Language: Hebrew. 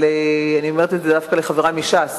אני אומרת את זה דווקא לחברי מש"ס.